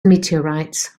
meteorites